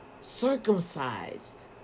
circumcised